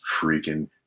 freaking